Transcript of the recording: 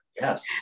Yes